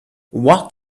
what